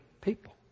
people